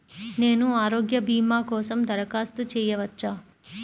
నేను ఆరోగ్య భీమా కోసం దరఖాస్తు చేయవచ్చా?